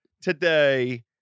today